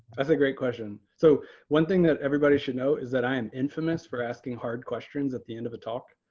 that's a great question. so one thing that everybody should know is that i am infamous for asking hard questions at the end of a talk.